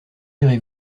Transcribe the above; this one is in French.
irez